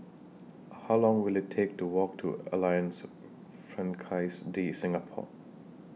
How Long Will IT Take to Walk to Alliance Francaise De Singapour